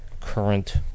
current